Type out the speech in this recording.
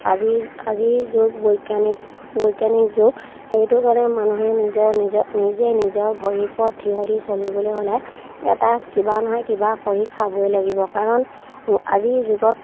আজি আজিৰ যুগ বৈজ্ঞানিক বৈজ্ঞানিক যুগ সেইটো কাৰণে মানুহে নিজৰ নিজৰ নিজে নিজৰ ভৰিৰ ওপৰত থিয় দি চলিবলৈ হ'লে এটা কিবা নহয় কিবা কৰি খাবই লাগিব কাৰণ আজিৰ যুগত